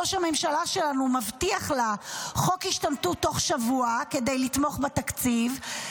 ראש הממשלה שלנו מבטיח לה חוק השתמטות תוך שבוע כדי לתמוך בתקציב.